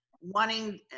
wanting